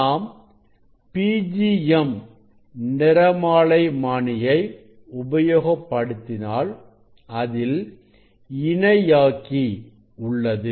நாம் PGM நிறமாலைமானியை உபயோகப்படுத்தினால் அதில் இணையாக்கி உள்ளது